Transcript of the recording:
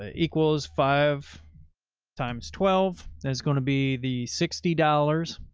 ah equals five times twelve is going to be the sixty dollars.